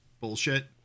bullshit